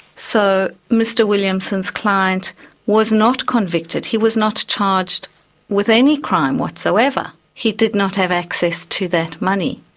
so mr williamson's client was not convicted, he was not charged with any crime whatsoever, he did not have access to that money.